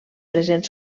present